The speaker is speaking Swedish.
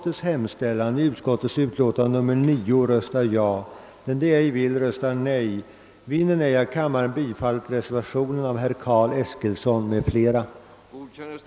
Vilka storleksgrupper som har fått pengarna är väl ganska ointressant för enfamiljsjordbrukarna, i den mån de har fått vad de begärt.